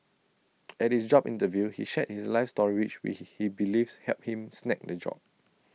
at his job interview he shared his life story which he believes helped him snag the job